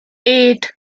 eight